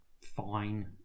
fine